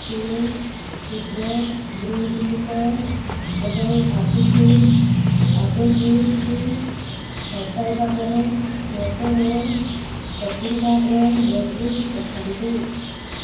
Ching's secret green chilli sauce ଏବଂ Appy Fizz apple ଜୁସ୍କୁ ହଟାଇବା ପରେ ମୋତେ ମୋର ସପିଂ କାର୍ଟ୍ର ମୋଟ ବିଲ୍ ଦେଖାନ୍ତୁ